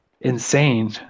insane